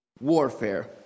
warfare